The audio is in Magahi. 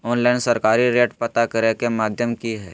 ऑनलाइन सरकारी रेट पता करे के माध्यम की हय?